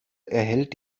erhält